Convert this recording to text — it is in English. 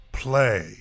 play